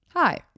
Hi